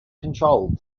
controlled